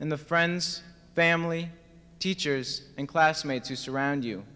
and the friends family teachers and classmates who surround you